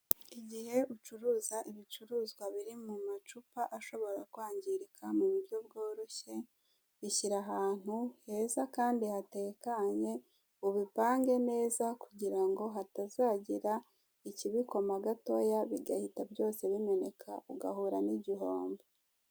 Igihe ucuruza ibicuruzwa biri mu macupa ashobora kwangirika mu buryo bworoshye, bishyire ahantu heza kandi hatekanye ubipange neza kugira ngo hatazagira ikibikoma gatoya bigahita byose bimeneka ugahura n'igihombo.